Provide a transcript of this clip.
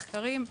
מחקרים,